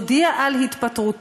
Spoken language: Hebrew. הודיע על התפטרותו.